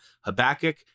Habakkuk